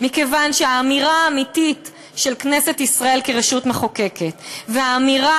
מכיוון שהאמירה האמיתית של כנסת ישראל כרשות מחוקקת והאמירה